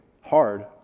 hard